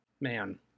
man